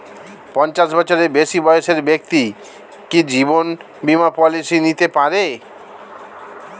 পঞ্চাশ বছরের বেশি বয়সের ব্যক্তি কি জীবন বীমা পলিসি নিতে পারে?